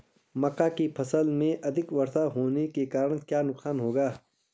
मक्का की फसल में अधिक वर्षा होने के कारण क्या नुकसान होगा?